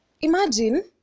imagine